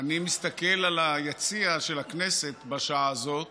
אני מסתכל על היציע של הכנסת בשעה הזאת